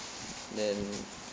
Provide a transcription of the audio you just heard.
then